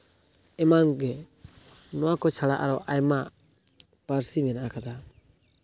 ᱮᱢᱟᱱᱜᱮ ᱱᱚᱣᱟ ᱠᱚ ᱪᱷᱟᱲᱟ ᱟᱨᱚ ᱟᱭᱢᱟ ᱯᱟᱹᱨᱥᱤ ᱢᱮᱱᱟᱜ ᱠᱟᱫᱟ